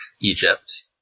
Egypt